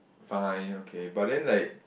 fine okay but then like